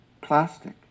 plastic